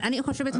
אני חושבת,